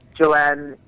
Joanne